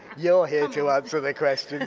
you're here to answer the questions.